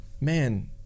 man